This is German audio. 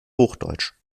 hochdeutsch